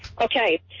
Okay